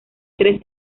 tres